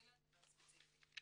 לא ספציפית.